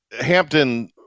Hampton